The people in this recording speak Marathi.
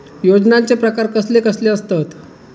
योजनांचे प्रकार कसले कसले असतत?